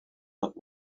not